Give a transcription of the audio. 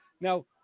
Now